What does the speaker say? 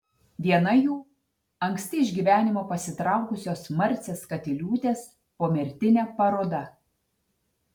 viena jų anksti iš gyvenimo pasitraukusios marcės katiliūtės pomirtinė paroda